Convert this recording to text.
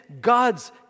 God's